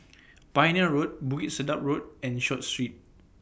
Pioneer Road Bukit Sedap Road and Short Street